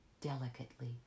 delicately